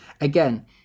again